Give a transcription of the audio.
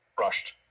rushed